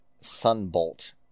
sunbolt